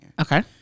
okay